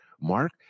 mark